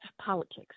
politics